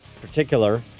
particular